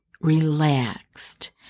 relaxed